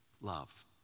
love